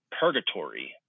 purgatory